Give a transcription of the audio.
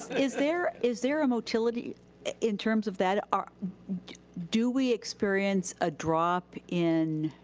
is there is there a motility in terms of that, ah do we experience a drop in